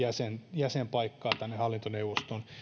jäsenpaikkaa tänne hallintoneuvostoon